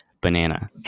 banana